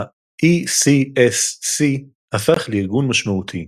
ה-ECSC הפך לארגון משמעותי,